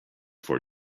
for